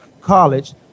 college